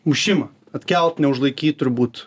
mušimą atkelt neužlaikyt turbūt